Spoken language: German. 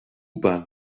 bahn